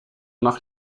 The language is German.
nach